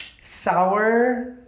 Sour